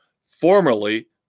formerly